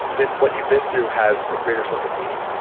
then what you've been through has a greater sense of meaning.